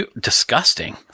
Disgusting